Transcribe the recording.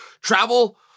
travel